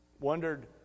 Wondered